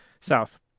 South